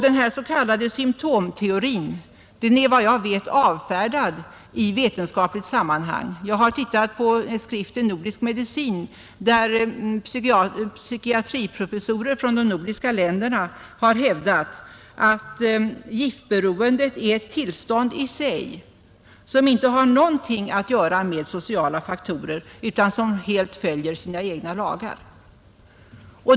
Den här s.k. symtomteorin är enligt vad jag vet avfärdad i vetenskapliga sammanhang. Jag har tittat på skriften Nordisk Medicin, där psykiatriprofessorer från de nordiska länderna har hävdat att giftberoendet är ett tillstånd i sig, som inte har något att göra med sociala faktorer utan som helt följer sina egna lagar.